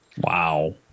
Wow